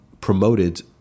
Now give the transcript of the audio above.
promoted